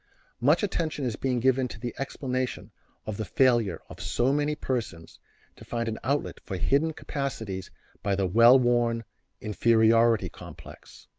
much attention is being given to the explanation of the failure of so many persons to find an outlet for hidden capacities by the well-worn inferiority complex.